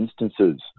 instances